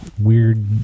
Weird